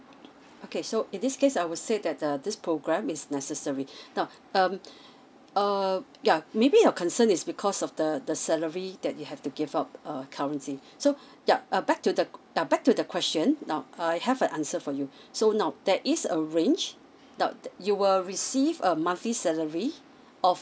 okay so in this case I would say that the this program is necessary now um err yeah maybe your concern is because of the the salary that you have to give up err currently so yup uh back to the yeah back to the question now I have an answer for you so now there is a range now you will receive a monthly salary of